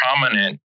prominent